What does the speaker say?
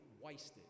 wasted